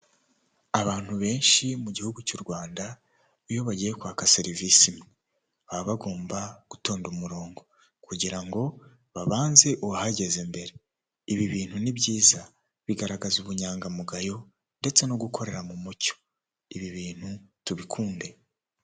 Abantu benshi mu gihugu cy'u Rwanda iyo bagiye kwaka serivisi imwe baba bagomba gutonda umurongo kugira ngo babanze uwahageze mbere. Ibi bintu ni byiza bigaragaza ubunyangamugayo ndetse no gukorera mu mucyo, ibi bintu tubikunde.